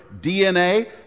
DNA